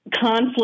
conflict